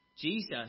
Jesus